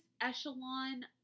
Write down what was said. echelon